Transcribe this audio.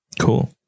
Cool